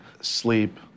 sleep